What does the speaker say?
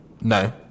No